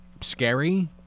scary